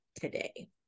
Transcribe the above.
today